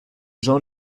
jean